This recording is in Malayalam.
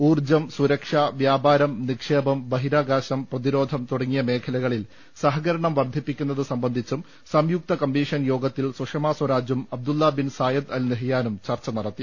ഊർജ്ജം സുരക്ഷ വ്യാപാരം നിക്ഷേപം ബഹിരാകാശം പ്രതിരോധം തുടങ്ങിയ മേഖലകളിൽ സഹകരണം വർദ്ധിപ്പിക്കു ന്നത് സംബന്ധിച്ചും സംയുക്ത കമ്മീഷൻ യോഗത്തിൽ സുഷമസ്വരാജും അബ്ദുല്ല ബിൻ സായദ് അൽ നഹിയാനും ചർച്ച നടത്തി